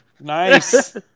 Nice